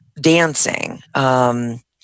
dancing